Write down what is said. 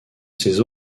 ses